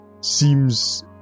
seems